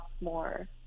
more